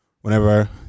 Whenever